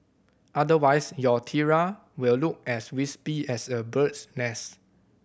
otherwise your tiara will look as wispy as a bird's nest